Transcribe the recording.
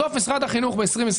בסוף משרד החינוך ב-2021,